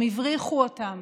הם הבריחו אותם,